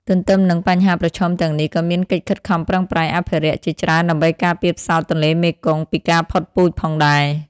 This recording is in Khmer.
ទន្ទឹមនឹងបញ្ហាប្រឈមទាំងនេះ ក៏មានកិច្ចខិតខំប្រឹងប្រែងអភិរក្សជាច្រើនដើម្បីការពារផ្សោតទន្លេមេគង្គពីការផុតពូជផងដែរ។